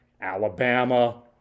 Alabama